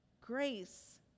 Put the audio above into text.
grace